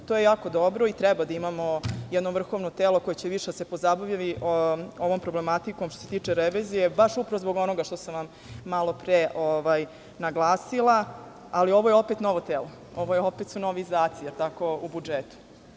To je jako dobro i treba da imamo jedno vrhovno telo koje će više da se pozabavi ovom problematikom, što se tiče revizije, upravo zbog onoga što sam malopre naglasila, ali ovo je opet novo telo, ovo su opet novi izdaci u budžetu.